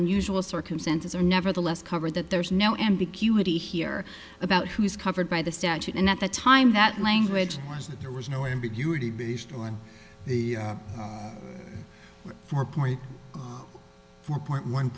unusual circumstances are nevertheless covered that there's no ambiguity here about who is covered by the statute and at the time that language was that there was no ambiguity based on the four point four point one